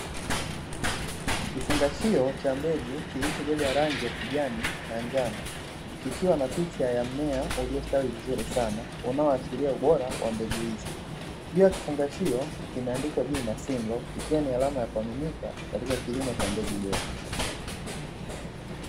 Kifungashio cha mbegu kilichobeba rangi ya kijani na njano kikiwa na picha ya mmea uliostawi vizuri sana unaohashiria ubora wa mbegu hizi, juu ya kufungashio kimeandikwa jina "Seedlaw"ikiwa ni alama ya kuaminika katika kilimo cha mbegu bora.